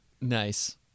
Nice